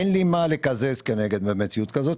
אין לי מה לקזז כנגד מציאות כזו,